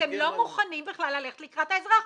אתם לא מוכנים בכלל ללכת לקראת האזרח.